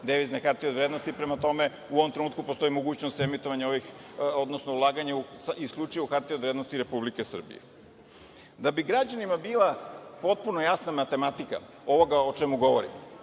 devizne hartije od vrednosti, prema tome u ovom trenutku postoji mogućnost ulaganja isključivo u hartije od vrednosti Republike Srbije. Da bi građanima bila potpuno jasna matematika ovoga o čemu govorim,